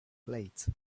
plate